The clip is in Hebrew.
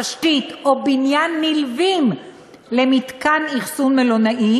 תשתית או בניין נלווים למתקן אכסון מלונאי